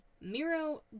Miro